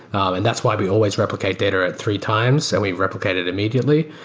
and that's why we always replicate data at three times and we replicated immediately.